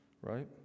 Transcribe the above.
right